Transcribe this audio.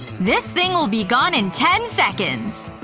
this thing'll be gone in ten seconds!